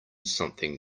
something